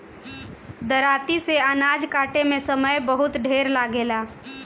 दराँती से अनाज काटे में समय बहुत ढेर लागेला